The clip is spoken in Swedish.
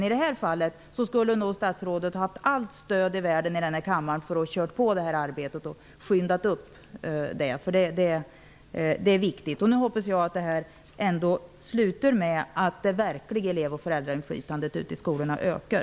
I detta fall skulle nog statsrådet ha fått allt stöd i världen i denna kammare för att gå vidare i detta arbete och skynda på det, eftersom det är viktigt. Nu hoppas jag att detta slutar med att det verkliga elev och och föräldrainflytandet i skolorna ökar.